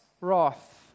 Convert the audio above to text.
wrath